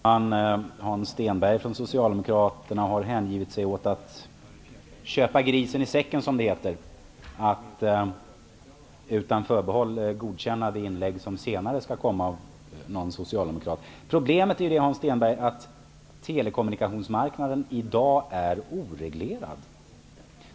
Herr talman! Hans Stenberg från Socialdemokraterna har hängivit sig åt att köpa grisen i säcken, som det heter, genom att utan förbehåll godkänna de inlägg som senare skall hållas av någon socialdemokrat. Problemet är, Hans Stenberg, att telekommunikationsmarknaden i dag är oreglerad.